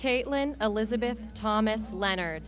caitlin elizabeth thomas leonard